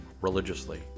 religiously